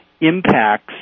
impacts